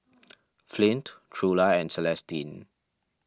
Flint Trula and Celestine